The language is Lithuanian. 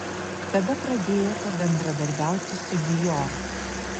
kada pradėjote bendradarbiauti su dior